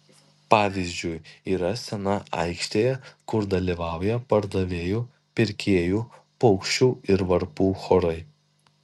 pavyzdžiui yra scena aikštėje kur dalyvauja pardavėjų pirkėjų paukščių ir varpų chorai